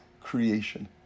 creation